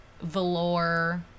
velour